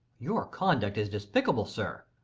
your conduct is despicable, sir.